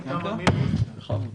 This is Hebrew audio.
אני מבקש